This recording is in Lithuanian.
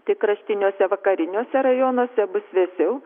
tik kraštiniuose vakariniuose rajonuose bus vėsiau